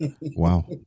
Wow